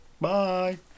bye